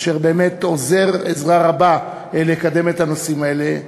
אשר באמת עוזר עזרה רבה לקדם את הנושאים האלה,